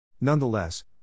Nonetheless